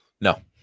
no